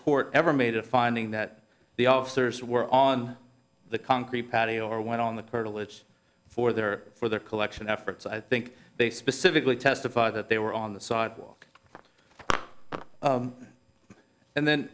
court ever made a finding that the officers were on the concrete patio or went on the colonel it's for their for their collection efforts i think they specifically testify that they were on the sidewalk and then